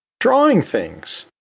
drawing things,